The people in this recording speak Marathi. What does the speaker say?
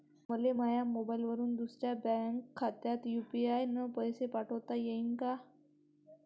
मले माह्या मोबाईलवरून दुसऱ्या बँक खात्यात यू.पी.आय न पैसे पाठोता येईन काय?